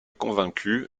convaincue